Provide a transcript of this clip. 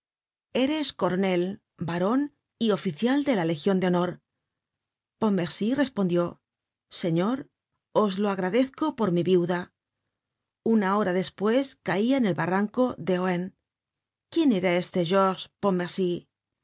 eres coronel baron y oficial de la legión de honor pontmercy respondió señor os lo agradezco por mi viuda una hora despues caia en el barranco de ohain quién era este jorje